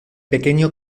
pequeño